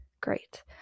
Great